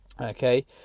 Okay